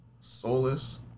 Soulless